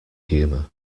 humour